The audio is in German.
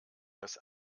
das